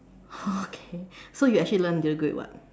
okay so you actually learn to grade what